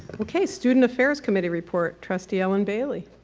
okay, student affairs committee report. trustee ellen bailey.